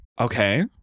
Okay